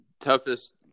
toughest